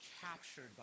captured